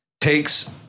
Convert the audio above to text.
takes